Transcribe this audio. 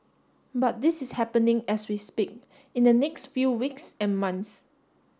but this is happening as we speak in the next few weeks and months